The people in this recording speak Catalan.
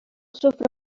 sofre